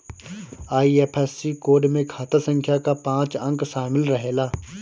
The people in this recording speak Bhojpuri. आई.एफ.एस.सी कोड में खाता संख्या कअ पांच अंक शामिल रहेला